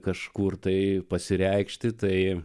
kažkur tai pasireikšti tai